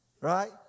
Right